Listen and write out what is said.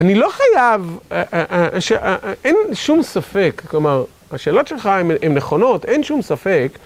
אני לא חייב, אין שום ספק, כלומר, השאלות שלך הן נכונות, אין שום ספק.